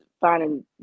finding